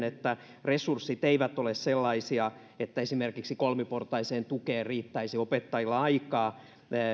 että resurssit eivät ole sellaisia että esimerkiksi kolmiportaiseen tukeen riittäisi opettajilla aikaa